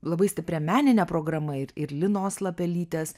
labai stipria menine programa ir ir linos lapelytės